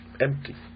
empty